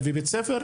כבוד היושב ראש,